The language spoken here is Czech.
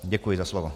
Děkuji za slovo.